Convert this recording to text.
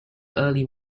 early